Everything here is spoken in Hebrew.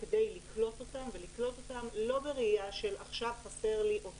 את כל מה שצריך אבל עסק שנושק ל-10,20 עובדים,